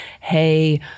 hey